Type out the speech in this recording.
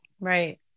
Right